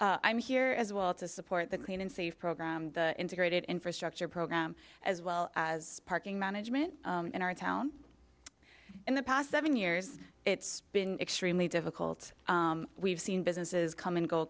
i'm here as well to support the clean and safe program the integrated infrastructure program as well as parking management in our town in the past seven years it's been extremely difficult we've seen businesses come and go